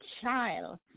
child